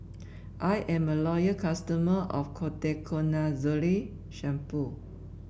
I'm a loyal customer of Ketoconazole Shampoo